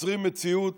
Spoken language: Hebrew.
יוצרים מציאות